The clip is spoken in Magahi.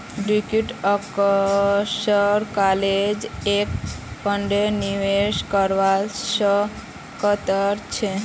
टिंकू अक्सर क्लोज एंड फंडत निवेश करवा स कतरा छेक